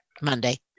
Monday